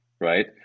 right